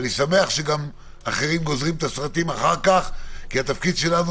אני שמח שגם אחרים גוזרים את הסרטים אחר כך כי התפקיד שלנו